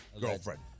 girlfriend